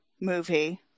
movie